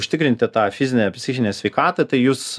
užtikrinti tą fizinę ar psichinę sveikatą tai jūs